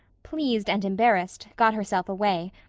pleased and embarrassed, got herself away,